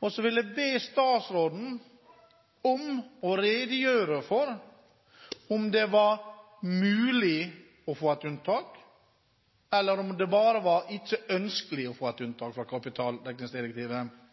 Så vil jeg be statsråden om å redegjøre for om det var mulig å få et unntak, eller om det bare ikke var ønskelig å få et unntak fra kapitaldekningsdirektivet.